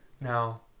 Now